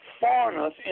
foreigners